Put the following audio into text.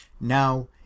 now